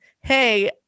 hey